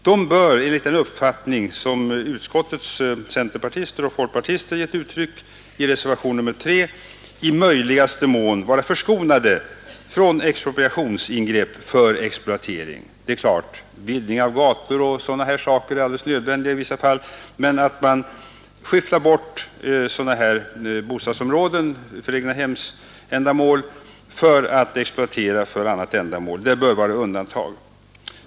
De bör enligt den uppfattning som utskottets centerpartister och folkpartister hävdar i reservationen 3 i möjligaste mån vara förskonade från expropriationsingrepp för exploatering. Det är klart att vidgning av gator o. d. är alldeles nödvändigt i vissa fall, men att man skyfflar bort bostadsområden för egnahemsändamål och exploaterar marken för annat ändamål bör vara undantag.